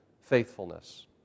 faithfulness